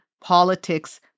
politics